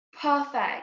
perfect